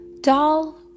Doll